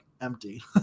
empty